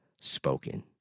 spoken